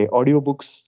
Audiobooks